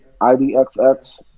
IDXX